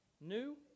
new